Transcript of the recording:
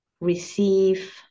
receive